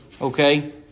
okay